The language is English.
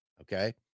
okay